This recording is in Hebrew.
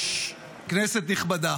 כנסת נכבדה,